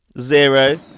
Zero